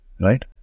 Right